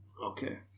Okay